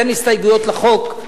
אין הסתייגויות לחוק,